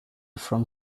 from